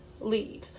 Leave